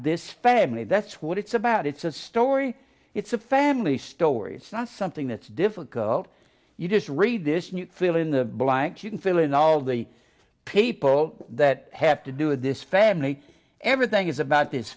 this family that's what it's about it's a story it's a family story it's not something that's difficult you just read this new fill in the blanks you can fill in all the people that have to do with this family everything is about this